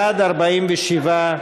בעד, 47,